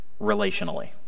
relationally